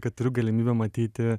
kad turiu galimybę matyti